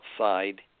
outside